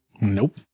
Nope